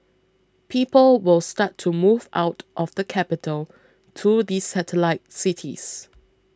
people will start to move out of the capital to the satellite cities